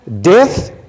death